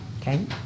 Okay